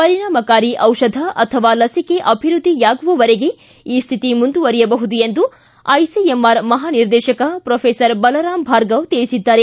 ಪರಿಣಾಮಕಾರಿ ದಿಷಧ ಅಥವಾ ಲಸಿಕೆ ಅಭಿವೃದ್ಧಿಯಾಗುವವರೆಗೆ ಈ ಶ್ಶಿತಿ ಮುಂದುವರಿಯಬಹುದು ಎಂದು ಐಸಿಎಂಆರ್ ಮಹಾನಿರ್ದೇಶಕ ಪ್ರೊಫೆಸರ್ ಬಲರಾಮ್ ಭಾರ್ಗವ ತಿಳಿಸಿದ್ದಾರೆ